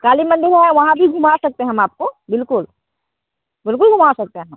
काली मंदिर है वहाॅं भी घुमा सकते हैं हम आपको बिल्कुल बिल्कुल घुमा सकते हैं